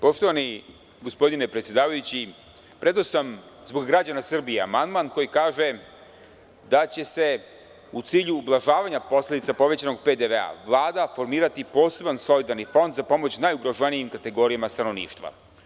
Poštovani gospodine predsedavajući, predao sam, zbog građana Srbije, amandman koji kaže da će u cilju ublažavanja posledica povećanog PDV Vlada formirati poseban solidarni fond za pomoć najugroženijim kategorijama stanovništva.